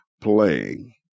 playing